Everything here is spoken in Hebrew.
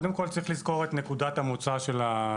קודם כל יש לזכור את נקודת המוצא של הדיון